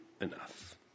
enough